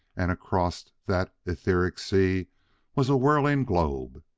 and across that etheric sea was a whirling globe.